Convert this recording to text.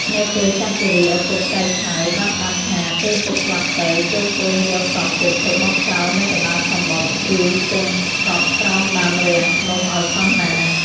នៅពេលចាស់ជរា ឪពុកចៅឆើយបានផ្តាំថា ពេលពុកស្លាប់ទៅ ចូរកូនយកសពពុកទៅបោះចោលនៅកណ្ដាលសមុទ្រ គឺកុំកប់ក្រោមដើមរាំងភ្នំឲ្យសោះណា។